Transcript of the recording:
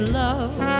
love